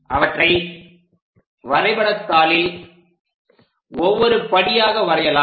அவற்றை வரைபடத்தாளில் ஒவ்வொரு படியாக வரையலாம்